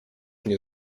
mnie